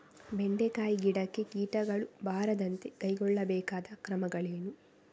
ಬೆಂಡೆಕಾಯಿ ಗಿಡಕ್ಕೆ ಕೀಟಗಳು ಬಾರದಂತೆ ಕೈಗೊಳ್ಳಬೇಕಾದ ಕ್ರಮಗಳೇನು?